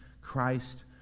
Christ